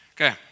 Okay